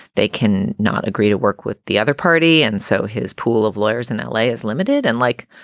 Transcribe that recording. they can not agree to work with the other party. and so his pool of lawyers in l a. is limited and like,